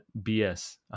BS